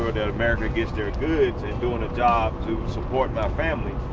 that america gets their goods and doing a job to support my family,